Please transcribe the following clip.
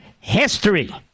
history